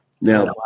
Now